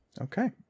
Okay